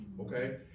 okay